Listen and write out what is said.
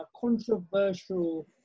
controversial